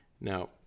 now